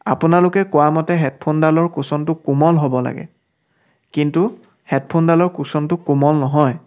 আপোনালোকে কোৱামতে হেডফোনডালৰ কোচনটো কোমল হ'ব লাগে কিন্তু হেডফোনডালৰ কোচনটো কোমল নহয়